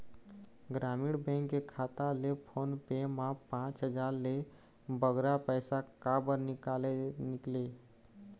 ग्रामीण बैंक के खाता ले फोन पे मा पांच हजार ले बगरा पैसा काबर निकाले निकले?